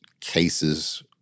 cases